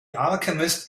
alchemist